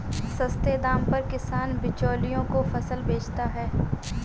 सस्ते दाम पर किसान बिचौलियों को फसल बेचता है